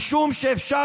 משום שאפשר,